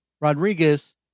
Rodriguez